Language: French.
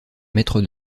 maitre